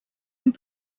amb